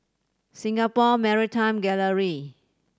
Singapore Maritime Gallery